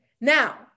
Now